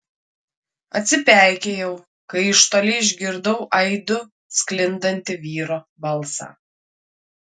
atsipeikėjau kai iš toli išgirdau aidu sklindantį vyro balsą